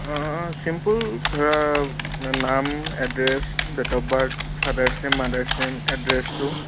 অঁ চিম্পুল ধৰা নাম address date of birth father's name mother's name এড্ৰেচটো